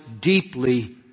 deeply